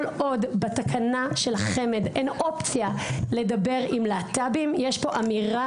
אבל כל עוד אין אופציה לדבר עם להט"בים בתקנה של חמ"ד יש פה אמירה,